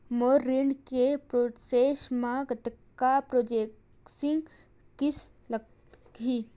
मोर ऋण के प्रोसेस म कतका प्रोसेसिंग फीस लगही?